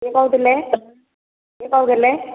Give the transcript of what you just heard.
କିଏ କହୁଥିଲେ କିଏ କହୁଥିଲେ